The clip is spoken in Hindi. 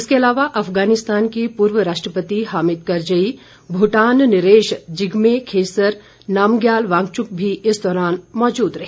इसके अलावा अफगानिस्तान के पूर्व राष्ट्रपति हामिद करजई भूटान नरेश जिग्मे खेसर नामज्ञाल वांगचुक भी इस दौरान मौजूद रहे